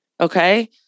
okay